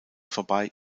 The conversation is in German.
vorbei